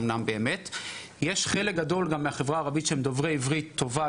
אבל יש חלק גדול מהחברה הערבית שהם דוברי עברית טובה,